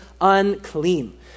unclean